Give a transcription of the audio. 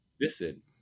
Listen